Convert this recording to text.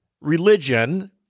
religion